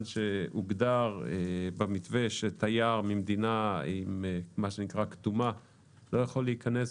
שהוגדר במתווה שתייר ממדינה כתומה לא יכול להיכנס,